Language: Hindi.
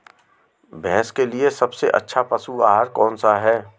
भैंस के लिए सबसे अच्छा पशु आहार कौनसा है?